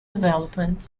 development